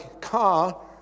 car